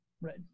Right